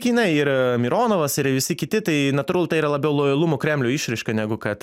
jinai ir mironovas ir visi kiti tai natūralu tai yra labiau lojalumo kremliui išraiška negu kad